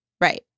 Right